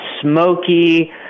smoky